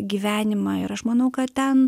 gyvenimą ir aš manau kad ten